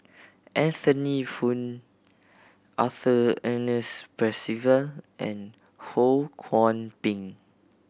Anthony Poon Arthur Ernest Percival and Ho Kwon Ping